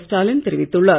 ஸ்டாவின் தெரிவித்துள்ளார்